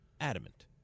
adamant